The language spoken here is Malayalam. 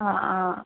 ആ ആ